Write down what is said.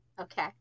Okay